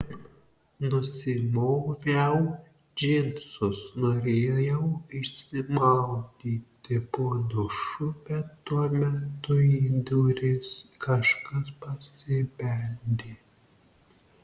nusimoviau džinsus norėjau išsimaudyti po dušu bet tuo metu į duris kažkas pasibeldė